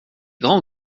grands